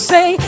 Say